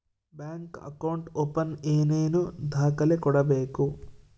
Bank account open ಏನೇನು ದಾಖಲೆ ಕೊಡಬೇಕು?